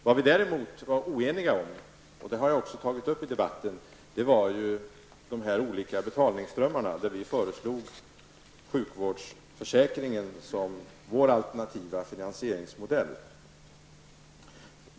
Vad vi däremot var oeniga om, och det har jag också tagit upp i debatten, var de olika betalningsströmmarna. Där föreslog vi sjukvårdsförsäkringen som vår alternativa finansieringsmodell.